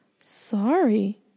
Sorry